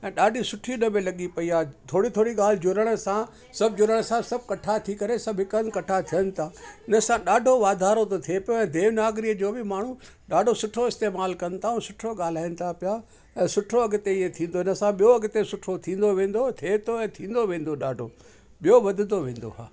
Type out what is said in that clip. ऐं ॾाढी सुठी उनमें लॻी पई आहे थोरी थोरी ॻाल्हि जुड़ण सां सभु जुड़ण सां सभु कठा थी करे सभु हिकु हंधि कठा थियनि था इनसां ॾाढो वाधारो थो थिए पियो ऐं देवनागरीअ जो बि माण्हू ॾाढो सुठो इस्तेमालु कनि था ऐं सुठो ॻाल्हाइनि था पिया ऐं सुठो अॻिते ईअं थींदो इनसां ॿियो अॻिते सुठो थींदो वेंदो थिए थो ऐं थींदो वेंदो ॾाढो ॿियो वधंदो वेंदो हा